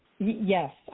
Yes